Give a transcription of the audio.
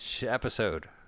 episode